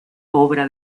obra